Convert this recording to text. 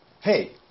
Hey